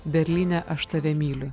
berlyne aš tave myliu